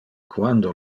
quando